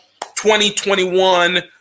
2021